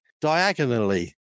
diagonally